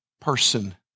person